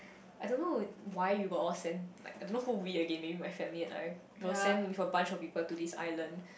I don't know why we were all sent like I don't know who we again maybe my family and I were sent with a bunch of people to this island